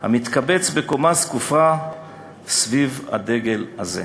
המתקבץ בקומה זקופה סביב הדגל הזה".